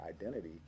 identity